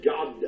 God